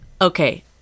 Okay